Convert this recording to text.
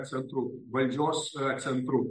centrų valdžios centrų